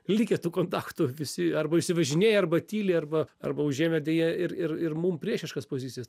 likę tų kontaktų visi arba išsivažinėję arba tyli arba arba užėmę deja ir ir ir mum priešiškas pozicijas